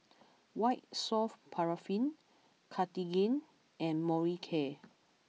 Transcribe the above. white soft Paraffin Cartigain and Molicare